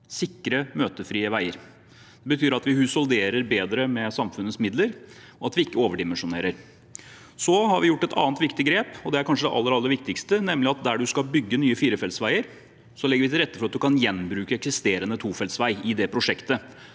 sikre, møtefrie veier. Det betyr at vi husholderer bedre med samfunnets midler, og at vi ikke overdimensjonerer. Vi har tatt et annet viktig grep også – kanskje det aller viktigste – nemlig at der man skal bygge nye firefelts veier, legger vi til rette for at man skal kunne gjenbruke eksisterende tofelts vei i det prosjektet.